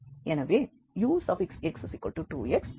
எனவே ux2x மற்றும் vy0